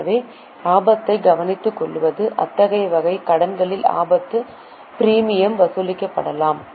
எனவே ஆபத்தை கவனித்துக்கொள்வது அத்தகைய வகையான கடன்களில் ஆபத்து பிரீமியம் வசூலிக்கப்படலாம்